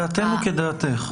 דעתנו כדעתך.